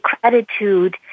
gratitude